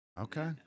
Okay